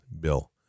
bill